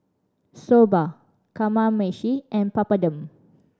Soba Kamameshi and Papadum